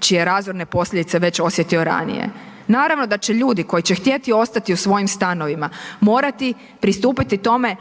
čije je razorne posljedice već osjetio ranije. Naravno da će ljudi koji će htjeti ostati u svojim stanovima morati pristupiti tome